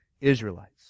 Israelites